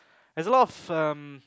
there's a lot of um